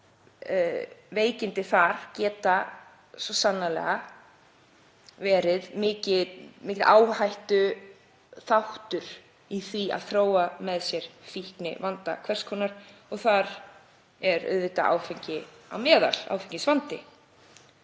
veikindi þar, geta svo sannarlega verið mikill áhættuþáttur í því að þróa með sér fíknivanda hvers konar og þar er auðvitað áfengi á meðal, áfengisvandi.